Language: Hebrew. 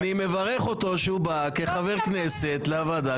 אני מברך אותו שהוא בא כחבר כנסת לוועדה,